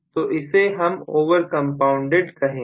तो इसे हम ओवर कंपाउंडेड कहेंगे